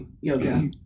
yoga